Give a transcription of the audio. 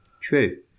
True